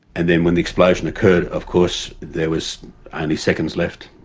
and then when the explosion occurred of course there was only seconds left.